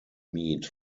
meat